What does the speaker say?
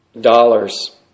dollars